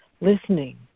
Listening